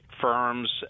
firms